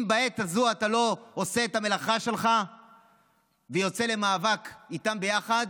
אם בעת הזו אתה לא עושה את המלאכה שלך ויוצא למאבק איתם ביחד,